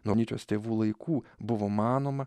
nuo nyčės tėvų laikų buvo manoma